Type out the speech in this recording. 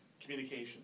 Communication